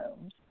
rooms